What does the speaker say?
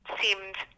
seemed